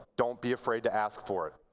don't be afraid to ask for it.